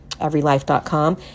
everylife.com